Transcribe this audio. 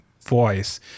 voice